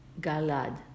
Galad